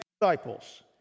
disciples